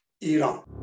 Iran